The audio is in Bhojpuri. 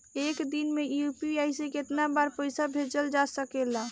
एक दिन में यू.पी.आई से केतना बार पइसा भेजल जा सकेला?